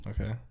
Okay